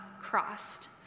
crossed